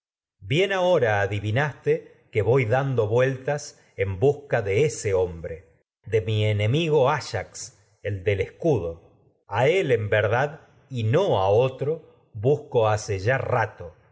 bien ahora adivinaste que dando vueltas en busca de ese hombre de verdad y no ha mi enemigo ayax el del a escudo a él esta en otro busco hace ya rato